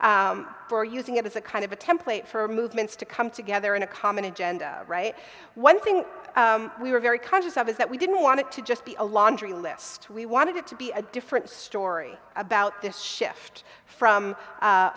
for using it as a kind of a template for movements to come together in a common agenda write one thing we were very conscious of is that we didn't want to just be a laundry list we wanted it to be a different story about this shift from